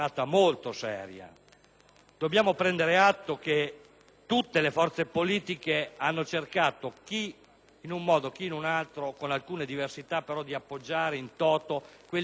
Dobbiamo prendere atto che tutte le forze politiche hanno cercato, chi in un modo chi in un altro, con alcune diversità, di appoggiare *in toto* le missioni